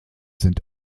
sind